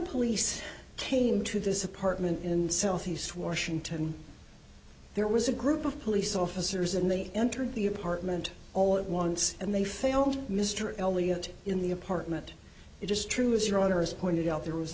police came to this apartment in southeast washington there was a group of police officers and they entered the apartment all at once and they failed mr elliot in the apartment it just true as your honor as pointed out there was